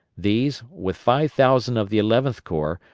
these, with five thousand of the eleventh corps,